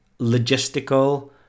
logistical